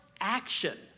action